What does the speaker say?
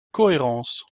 cohérence